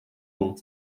loin